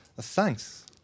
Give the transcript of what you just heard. thanks